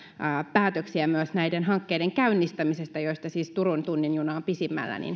päätöksiä myös näiden hankkeiden käynnistämisestä joista siis turun tunnin juna on pisimmällä